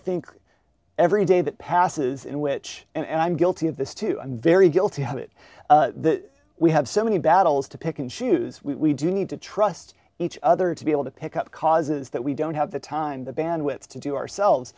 think every day that passes in which and i'm guilty of this too i'm very guilty of it we have so many battles to pick and choose we do need to trust each other to be able to pick up causes that we don't have the time the bandwidth to do ourselves